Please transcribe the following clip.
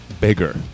bigger